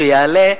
שיעלה,